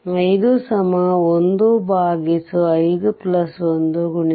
i 1 5 1 10